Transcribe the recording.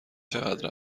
چقدر